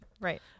Right